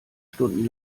stunden